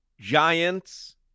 Giants